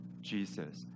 Jesus